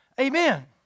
Amen